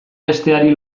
besteari